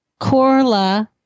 Corla